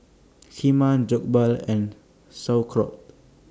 Kheema Jokbal and Sauerkraut